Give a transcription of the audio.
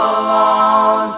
alone